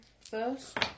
first